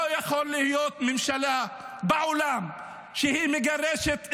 לא יכולה להיות ממשלה בעולם שמגרשת אזרח,